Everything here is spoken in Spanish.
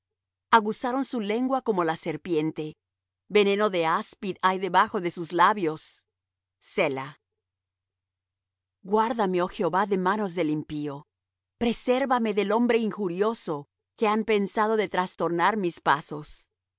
aguzaron su lengua como la serpiente veneno de áspid hay debajo de sus labios selah guárdame oh jehová de manos del impío presérvame del hombre injurioso que han pensado de trastornar mis pasos